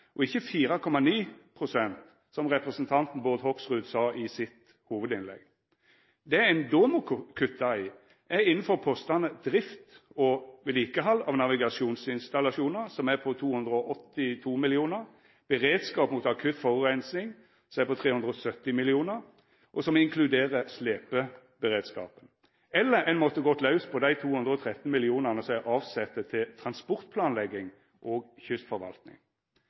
og ikkje på 4,9 pst., som representanten Bård Hoksrud sa i sitt hovudinnlegg. Det ein då må kutta i, er innanfor postane drift og vedlikehald av navigasjonsinstallasjonar, som er på 282 mill. kr, beredskap mot akutt forureining, som er på 370 mill. kr, og som inkluderer slepeberedskapen – eller ein måtte gå laus på dei 213 mill. kr som er avsette til transportplanlegging og